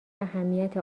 اهمیت